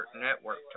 network